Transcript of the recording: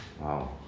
Wow